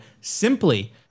simply